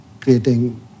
creating